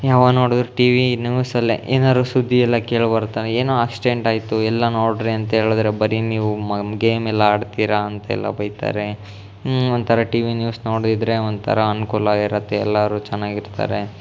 ಯಾವಾಗ ನೋಡಿರ್ T V ನ್ಯೂಸಲ್ಲೆ ಏನಾದ್ರೂ ಸುದ್ದಿಯೆಲ್ಲ ಕೇಳಿಬರ್ತಾ ಏನೋ ಆಕ್ಸ್ಡೆಂಟ್ ಆಯಿತು ಎಲ್ಲ ನೋಡಿರಿ ಅಂತ ಹೇಳಿದ್ರೆ ಬರೀ ನೀವು ಮಮ್ ಗೇಮೆಲ್ಲ ಆಡ್ತೀರಾ ಅಂತೆಲ್ಲ ಬೈತಾರೆ ಒಂಥರ ಟಿ ವಿ ನ್ಯೂಸ್ ನೋಡಿದರೆ ಒಂಥರ ಅನುಕೂಲ ಇರುತ್ತೆ ಎಲ್ಲರೂ ಚೆನ್ನಾಗಿರ್ತಾರೆ